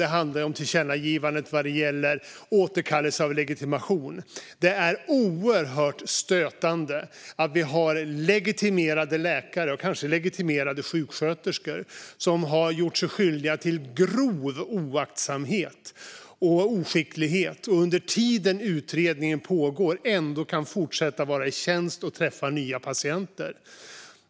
Det handlar också om tillkännagivandet om återkallelse av legitimation. Det är oerhört stötande att vi har legitimerade läkare, och kanske legitimerade sjuksköterskor, som har gjort sig skyldiga till grov oaktsamhet och oskicklighet och som under den tid som utredningen pågår ändå kan fortsätta att vara i tjänst och träffa nya patienter.